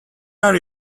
are